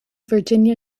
virginia